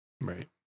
Right